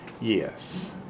Yes